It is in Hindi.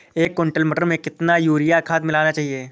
एक कुंटल मटर में कितना यूरिया खाद मिलाना चाहिए?